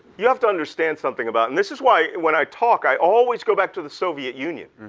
you have to understand something about, and this is why when i talk, i always go back to the soviet union.